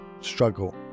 struggle